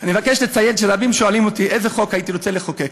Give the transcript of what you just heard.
אני מבקש לציין שרבים שואלים אותי איזה חוק הייתי רוצה לחוקק.